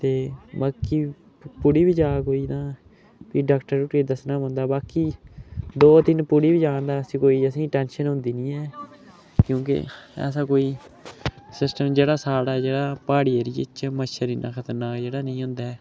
ते बाकी पुड़ी बी जा तां फ्ही डाक्टर उठियै दस्सना पौंदा बाकी दो तिन पुड़ी बी जंदा ऐसी कोई टेंशन होंदी नी ऐ क्योंकि ऐसा कोई सिस्टम जेह्ड़ा साढ़ा जेह्ड़ा प्हाड़ी ऐरिये च मच्छर इन्ना खतरनाक जेह्ड़ा नेईं होंदा ऐ